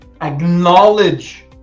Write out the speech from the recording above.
Acknowledge